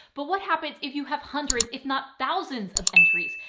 but what happens if you have hundreds, if not thousands of entries?